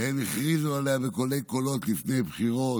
שהם הכריזו עליה בקולי-קולות לפני בחירות,